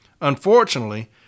Unfortunately